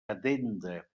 addenda